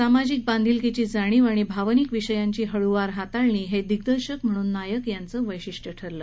सामाजिक बांधिलकीची जाणीव आणि भावनिक विषयांची हळुवार हाताळणी हे दिग्दर्शक म्हणून नायक यांचं वैशिष्ट्य ठरलं